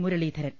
Muraleedharan